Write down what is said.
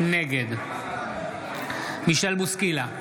נגד מישל בוסקילה,